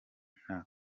nta